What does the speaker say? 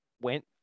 went